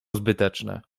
zbyteczne